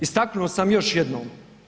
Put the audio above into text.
Istaknuo sam još jednu.